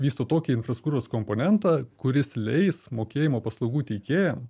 vysto tokį infrastruktūros komponentą kuris leis mokėjimo paslaugų teikėjam